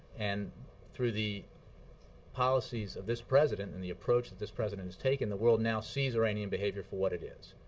and through the policies of this president, and the approach this president has taken, the world now sees iranian behavior for what it is,